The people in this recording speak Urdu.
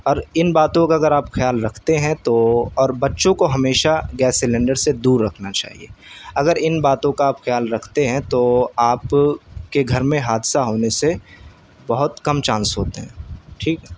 اور ان باتوں کا اگر آپ خیال رکھتے ہیں تو اور بچوں کو ہمیشہ گیس سیلنڈر سے دور رکھنا چاہیے اگر ان باتوں کا آپ خیال رکھتے ہیں تو آپ کے گھر میں حادثہ ہونے سے بہت کم چانس ہوتے ہیں ٹھیک